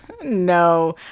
No